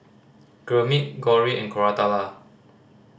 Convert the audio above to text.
Gurmeet Gauri and Koratala